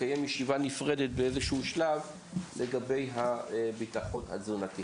לקיים ישיבה נפרדת באיזה שהוא שלב לגבי הביטחון התזונתי.